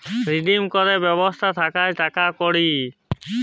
redeem ক্যরের ব্যবস্থা থাক্যে টাকা কুড়ি